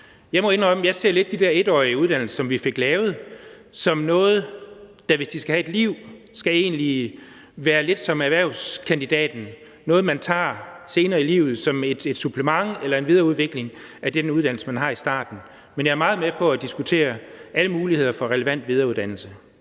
at jeg lidt ser de der 1-årige uddannelser, som vi fik lavet, som noget, der, hvis det skal have et liv, skal minde lidt om erhvervskandidatuddannelsen, altså noget, man tager senere i livet som supplement eller en videreudvikling af den uddannelse, man har i forvejen. Men jeg er helt med på at diskutere alle muligheder for relevant videreuddannelse.